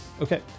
Okay